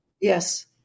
Yes